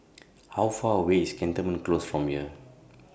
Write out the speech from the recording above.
How Far away IS Cantonment Close from here